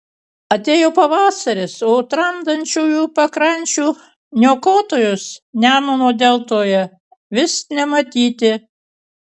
atėjo pavasaris o tramdančiųjų pakrančių niokotojus nemuno deltoje vis nematyti